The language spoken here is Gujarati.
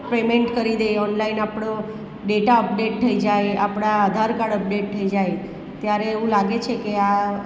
પેમેન્ટ કરી દે આપણો ડેટા અપડેટ થઈ જાય આપણા આધાર કાર્ડ અપડેટ થઈ જાય ત્યારે એવું લાગે છે કે આ